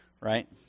right